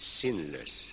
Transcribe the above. sinless